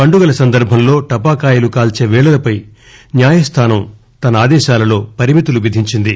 పండుగల సందర్భంలో టపాకాయలు కాల్సే పేళలపై న్యాయస్లానం తన ఆదేశాలలో పరిమితులు విధించింది